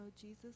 Jesus